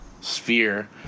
sphere